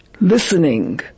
listening